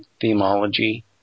themology